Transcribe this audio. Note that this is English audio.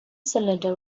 cylinder